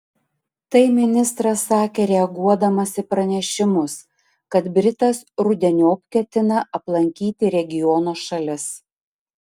tai ministras sakė reaguodamas į pranešimus kad britas rudeniop ketina aplankyti regiono šalis